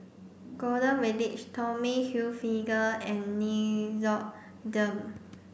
Golden Village Tommy Hilfiger and Nixoderm